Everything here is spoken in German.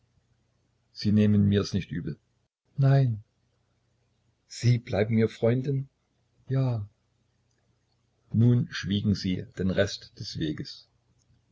sie nehmen mirs nicht übel nein sie bleiben mir freundin ja nun schwiegen sie den rest des weges